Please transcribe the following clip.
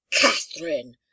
Catherine